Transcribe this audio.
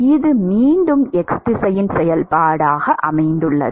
இது மீண்டும் x திசையின் செயல்பாடு ஆகும்